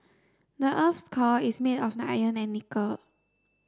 the earth's core is made of iron and nickel